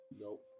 Nope